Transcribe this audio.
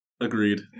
Agreed